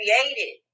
created